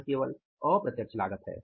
वह केवल अप्रत्यक्ष लागत है